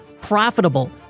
profitable